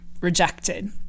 rejected